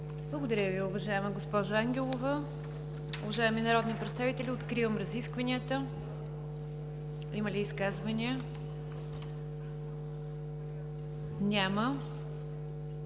Благодаря Ви, уважаема госпожо Ангелова. Уважаеми народни представители, откривам разискванията. Има ли изказвания? Няма.